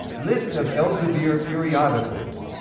list of elsevier periodicals